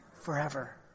forever